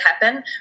happen